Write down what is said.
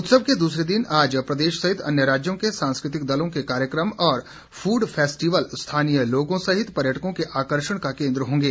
उत्सव के दूसरे दिन आज प्रदेश सहित अन्य राज्यों के सांस्कृतिक दलों के कार्यक्रम और फूड फेस्टिवल स्थानीय लोगों सहित पर्यटकों के आकर्षण का केंद्र होंगे